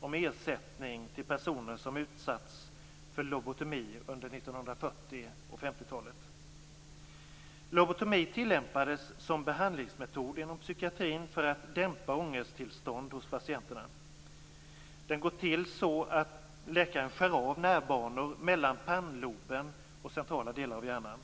om ersättning till personer som utsatts för lobotomi under Lobotomi tillämpades som behandlingsmetod inom psykiatrin för att dämpa ångesttillstånd hos patienter. Det går till så att läkaren skär av nervbanor mellan pannloben och centrala delar av hjärnan.